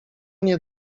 nie